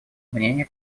мнения